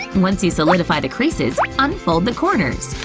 once you solidify the creases, unfold the corners.